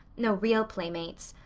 no real playmates.